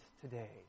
today